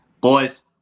boys